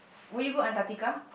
will you go antartica